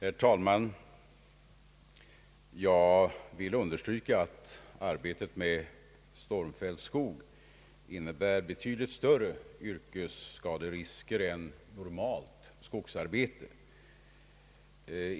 Herr talman! Jag vill understryka att arbetet med stormfälld skog innebär betydligt större yrkesskaderisker än normalt skogsarbete.